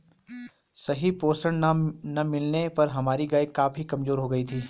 सही पोषण ना मिलने पर हमारी गाय काफी कमजोर हो गयी थी